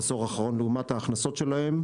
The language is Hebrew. בעשור האחרון, לעומת ההכנסות שלהם.